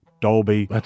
Dolby